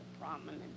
prominent